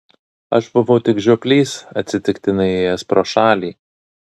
aš buvau tik žioplys atsitiktinai ėjęs pro šalį